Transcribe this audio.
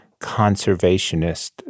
conservationist